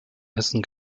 essen